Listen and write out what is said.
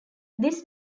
this